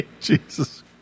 Jesus